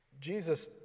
Jesus